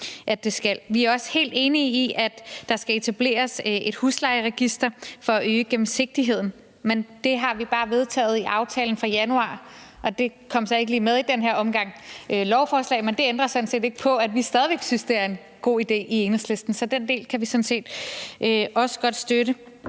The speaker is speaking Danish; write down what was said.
i det skal. Vi er også helt enige i, at der skal etableres et huslejeregister for at øge gennemsigtigheden. Men det har vi bare vedtaget i aftalen fra januar, og det kom så ikke med i den her omgang lovforslag. Men det ændrer sådan set ikke på, at vi stadig væk synes, det er en god idé i Enhedslisten, så den del kan vi sådan set også godt støtte.